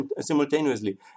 simultaneously